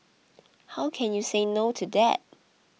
how can you say no to that